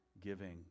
giving